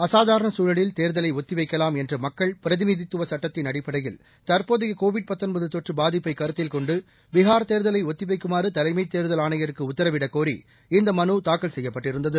அசாதாரண சூழலில் தேர்தலை ஒத்தி வைக்கலாம் என்ற மக்கள் பிரதிநிதித்துவ சட்டத்தின் அடிப்படையில் தற்போதைய கோவிட் தொற்று பாதிப்பை கருத்தில் கொண்டு பீகார் தேர்தலை ஒத்தி வைக்குமாறு தலைமைத் தேர்தல் ஆணையருக்கு உத்தரவிடக் கோரி இந்த மனு தாக்கல் செய்யப்பட்டிருந்தது